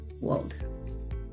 world